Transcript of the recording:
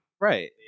Right